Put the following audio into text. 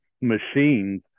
machines